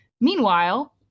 Meanwhile